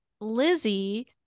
Lizzie